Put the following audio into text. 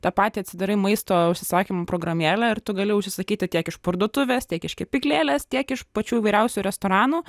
tą patį atsidarai maisto užsisakymo programėlę ir tu gali užsisakyti tiek iš parduotuvės tiek iš kepyklėlės tiek iš pačių įvairiausių restoranų